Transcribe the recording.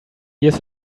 years